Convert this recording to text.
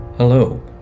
Hello